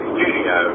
Studio